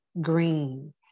green